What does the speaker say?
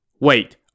Wait